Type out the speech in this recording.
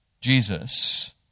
Jesus